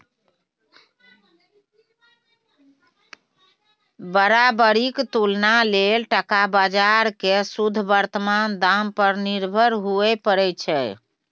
बराबरीक तुलना लेल टका बजार केँ शुद्ध बर्तमान दाम पर निर्भर हुअए परै छै